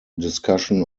discussion